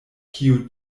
kiu